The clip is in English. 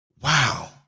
Wow